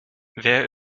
wer